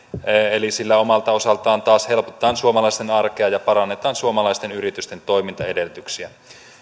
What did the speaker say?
eli sillä omalta osaltaan taas helpotetaan suomalaisten arkea ja parannetaan suomalaisten yritysten toimintaedellytyksiä